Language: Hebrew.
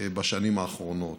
בשנים האחרונות,